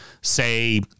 say